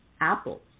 apples